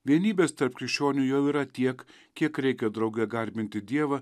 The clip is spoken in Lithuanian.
vienybės tarp krikščionių jau yra tiek kiek reikia drauge garbinti dievą